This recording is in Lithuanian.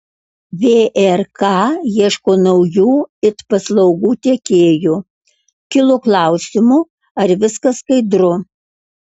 vrk ieško naujų it paslaugų tiekėjų kilo klausimų ar viskas skaidru